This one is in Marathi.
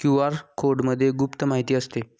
क्यू.आर कोडमध्ये गुप्त माहिती असते